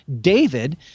David